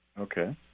okay